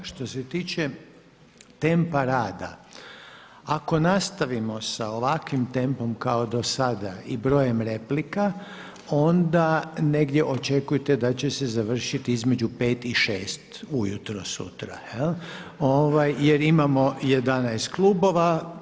Što se tiče tempa rada, ako nastavimo sa ovakvim tempom kao do sada i brojem replika onda negdje očekujte da će se završiti između pet i šest ujutro sutra, jel imamo 11 klubova.